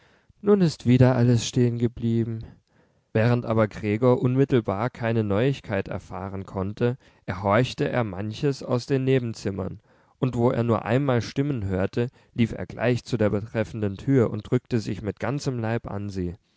nun ist wieder alles stehen geblieben während aber gregor unmittelbar keine neuigkeit erfahren konnte erhorchte er manches aus den nebenzimmern und wo er nur einmal stimmen hörte lief er gleich zu der betreffenden tür und drückte sich mit ganzem leib an sie